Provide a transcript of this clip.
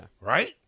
Right